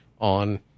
on